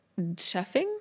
chefing